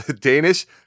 Danish